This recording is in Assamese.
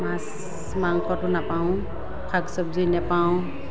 মাছ মাংসতো নেপাওঁ শাক চব্জি নেপাওঁ